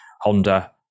Honda